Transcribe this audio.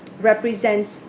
represents